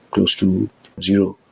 close to zero.